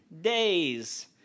days